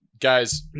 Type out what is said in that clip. Guys